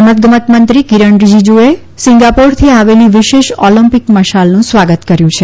રમતગમત મંત્રી કિરણ રીજીજુએ સિંગાપોરથી આવેલી વિશેષ ઓલમ્પિક મશાલનું સ્વાગત કર્યુ છે